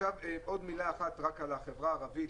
עוד מילה אחת על החברה הערבית.